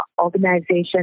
organization